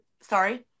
sorry